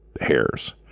hairs